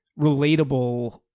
relatable